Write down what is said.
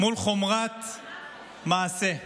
מול חומרת מעשה.